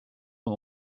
van